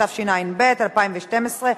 התשע"ב- 2012,